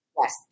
yes